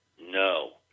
No